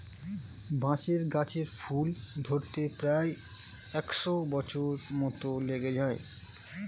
বাঁশের গাছে ফুল ধরতে প্রায় একশ বছর মত লেগে যায়